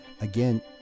again